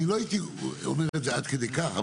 לא הייתי אומר עד כדי כך,